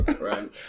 Right